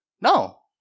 No